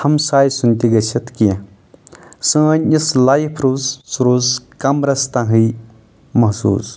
ہمسایہِ سُنٛد تہِ گٔژھِتھ کینٛہہ سٲنۍ یۄس لایف روٗز سُہ روٗز کمرس تہی مخصوٗص